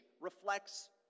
reflects